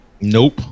Nope